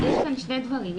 יש כאן שני דברים.